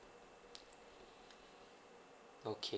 okay